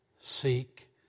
seek